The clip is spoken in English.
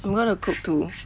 I'm gonna cook too